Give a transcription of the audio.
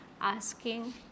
asking